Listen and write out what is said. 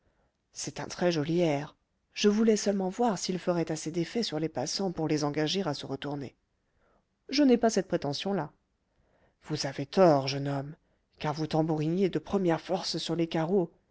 c'est un très-joli air je voulais seulement voir s'il ferait assez d'effet sur les passants pour les engager à se retourner je n'ai pas cette prétention là vous avez tort jeune homme car vous tambouriniez de première force sur les carreaux